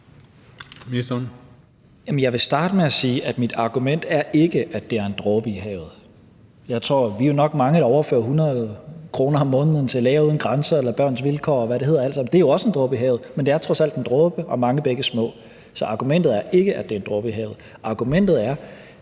sige, at mit argument ikke er, at det er en dråbe i havet. Jeg tror, vi er mange, der overfører 100 kr. om måneden til Læger uden Grænser eller Børns Vilkår, og hvad det hedder alt sammen; det er jo også en dråbe i havet, men det er trods alt en dråbe, og mange bække små gør en stor å. Så argumentet er ikke, at det er en dråbe i havet. Argumentet er,